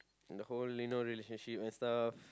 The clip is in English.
the whole you know relationship and stuff